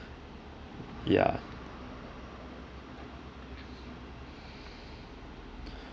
ya